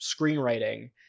screenwriting